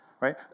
right